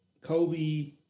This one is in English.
Kobe